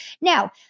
Now